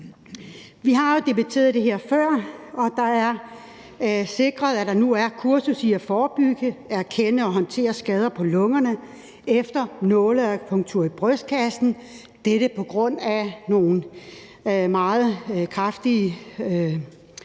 Vi har jo debatteret det her før, og det er sikret, at der nu er kursus i at forebygge, erkende og håndtere skader på lungerne efter nåleakupunktur i brystkassen. Disse kan være opstået på grund af nogle meget kraftige